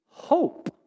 Hope